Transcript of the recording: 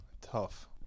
Tough